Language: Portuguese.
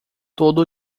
todo